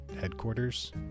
headquarters